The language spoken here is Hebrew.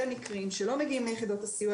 אלה מקרים שלא מגיעים ליחידות הסיוע.